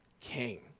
king